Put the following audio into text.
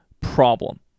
problem